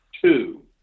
Two